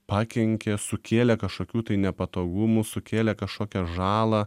pakenkė sukėlė kažkokių tai nepatogumų sukėlė kažkokią žalą